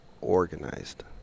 organized